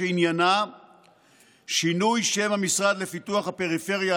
שעניינה שינוי שם המשרד לפיתוח הפריפריה,